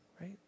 right